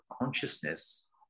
consciousness